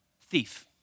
thief